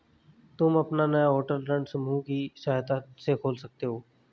तुम अपना नया होटल ऋण समूहन की सहायता से खोल सकते हो